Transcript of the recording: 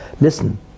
listen